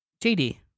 JD